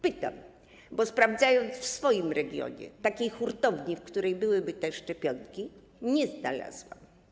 Pytam, bo sprawdzając w swoim regionie, takiej hurtowni, w której byłyby te szczepionki, nie znalazłam.